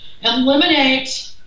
Eliminate